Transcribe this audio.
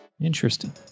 Interesting